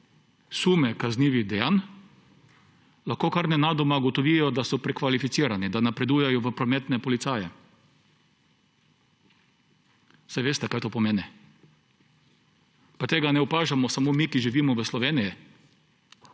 sume kaznivih dejanj, lahko kar nenadoma ugotovijo, da so prekvalificirani, da napredujejo v prometne policaje. Saj veste, kaj to pomeni. Tega ne opažamo samo mi, ki živimo v Sloveniji,